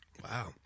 Wow